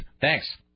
Thanks